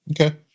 Okay